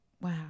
wow